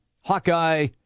Hawkeye